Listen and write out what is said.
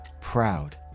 proud